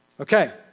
Okay